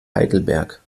heidelberg